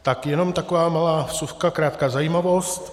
Tak jenom taková malá vsuvka, krátká zajímavost.